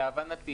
להבנתי,